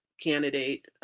candidate